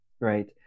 Right